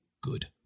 good